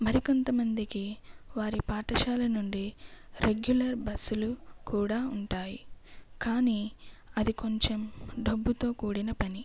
మరి కొంత మందికి వారి పాఠశాల నుండి రెగ్యులర్ బస్సులు కూడా ఉంటాయి కానీ అది కొంచెం డబ్బుతో కూడిన పని